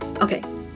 Okay